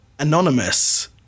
Anonymous